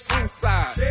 inside